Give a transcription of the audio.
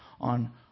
on